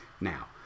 now